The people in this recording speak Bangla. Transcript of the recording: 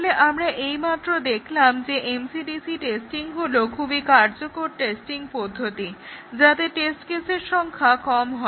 তাহলে আমরা এইমাত্র দেখলাম যে MCDC টেস্টিং হলো খুবই কার্যকরী টেস্টিং পদ্ধতি যাতে টেস্ট কেসের সংখ্যা কম